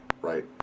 right